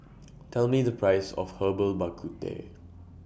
Tell Me The priceS of Herbal Bak Ku Teh